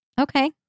okay